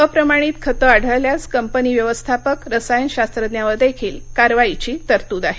अप्रमाणित खत आढळल्यास कंपनी व्यवस्थापक रसायनशास्त्रज्ञावर देखील कारवाईची तरतूद आहे